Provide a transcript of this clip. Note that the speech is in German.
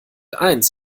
eins